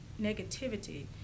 negativity